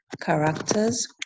characters